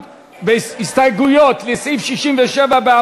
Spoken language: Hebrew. בהסתייגויות לסעיף 67,